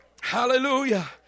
Hallelujah